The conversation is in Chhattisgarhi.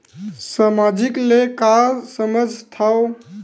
सामाजिक ले का समझ थाव?